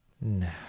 No